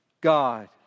God